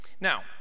Now